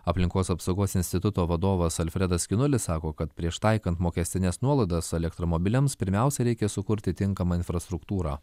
aplinkos apsaugos instituto vadovas alfredas skinulis sako kad prieš taikant mokestines nuolaidas elektromobiliams pirmiausia reikia sukurti tinkamą infrastruktūrą